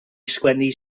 sgwennu